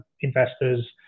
investors